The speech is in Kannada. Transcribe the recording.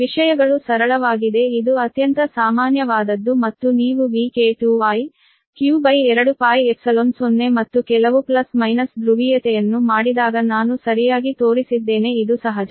ವಿಷಯಗಳು ಸರಳವಾಗಿದೆ ಇದು ಅತ್ಯಂತ ಸಾಮಾನ್ಯವಾದದ್ದು ಸರಿ ಮತ್ತು ನೀವು Vk to i q ಮೇಲೆ 2 Πϵ 0right ಮತ್ತು ಕೆಲವು ಪ್ಲಸ್ ಮೈನಸ್ ಧ್ರುವೀಯತೆಯನ್ನು ಮಾಡಿದಾಗ ನಾನು ಸರಿಯಾಗಿ ತೋರಿಸಿದ್ದೇನೆ ಇದು ಸಹಜ